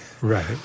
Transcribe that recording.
Right